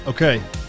Okay